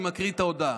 אני מקריא את ההודעה: